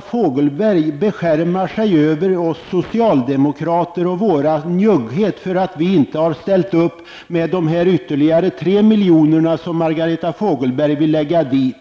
Fogelberg beskärmar sig över oss socialdemokrater och över vår njugghet att inte ställa oss bakom förslaget om ytterligare 300 miljoner till Riksteatern, så som Margareta Fogelberg vill.